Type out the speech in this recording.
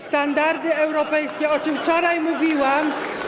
To standardy europejskie, o czym wczoraj mówiłam.